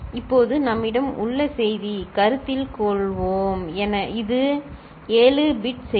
இப்போது நம்மிடம் உள்ள செய்தி கருத்தில் கொள்வோம் இது 7 பிட் செய்தி